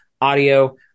audio